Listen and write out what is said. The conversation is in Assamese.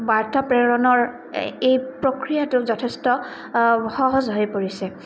বাৰ্তা প্ৰেৰণৰ এই প্ৰক্ৰিয়াটোক যথেষ্ট সহজ হৈ পৰিছে